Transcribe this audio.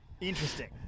interesting